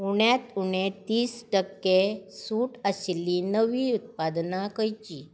उण्यांत उणें तीस टक्के सूट आशिल्ली नवीं उत्पादनां खंयचीं